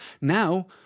Now